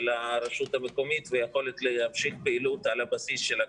הרשות המקומית ויכולת להמשיך פעילות על הבסיס שלה,